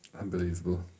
Unbelievable